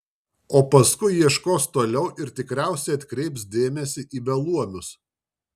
o paskui ieškos toliau ir tikriausiai atkreips dėmesį į beluomius